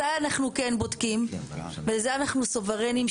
מתי אנחנו כן בודקים וזה אנחנו סוברנים?